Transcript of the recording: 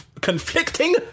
conflicting